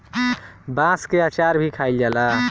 बांस के अचार भी खाएल जाला